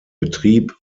betrieb